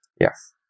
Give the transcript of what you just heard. Yes